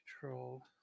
Control